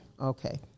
Okay